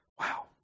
Wow